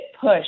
push